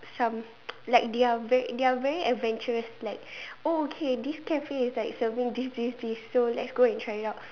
some like they are very they are very adventures like okay this cafe is like serving this this this so let's go and try it out